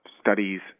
studies